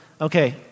okay